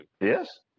Yes